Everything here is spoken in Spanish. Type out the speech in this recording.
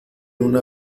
una